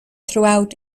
throughout